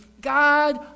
God